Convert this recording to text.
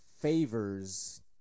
favors